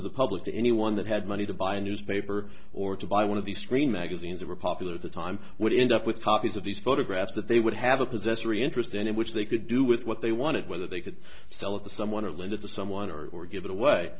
of the public to anyone that had money to buy a newspaper or to buy one of these screen magazines that were popular at the time would end up with copies of these photographs that they would have a possessory interest in it which they could do with what they wanted whether they could sell it to someone or linda to someone or give it away